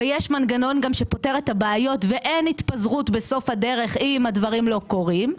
ויש מנגנון שפותר את הבעיות ואין התפזרות בסוף הדרך אם הדברים לא קורים,